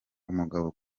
umugabo